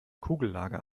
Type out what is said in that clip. kugellager